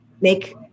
make